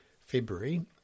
February